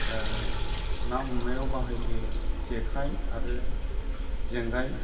ना हमनायाव बाहायबोयो जेखाइ आरो जेंगाय